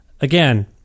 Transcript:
again